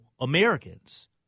Americans